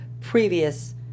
previous